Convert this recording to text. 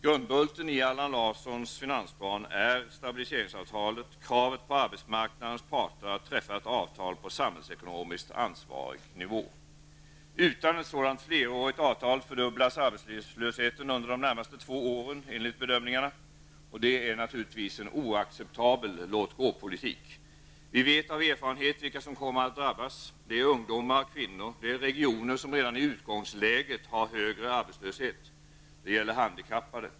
Grundbulten i Allan Larssons finansplan är stabiliseringsavtalet, kravet på arbetsmarknadens parter att träffa ett avtal på samhällsekonomiskt ansvarig nivå. Utan ett sådant flerårigt avtal fördubblas enligt bedömningarna arbetslösheten under de närmaste två åren. Det är naturligtvis en oacceptabel låt-gå-politik. Vi vet av erfarenhet vilka som kommer att drabbas. Det är ungdomar och kvinnor. Det är regioner som redan i utgångsläget har högre arbetslöshet. Det gäller handikappade.